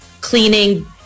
cleaning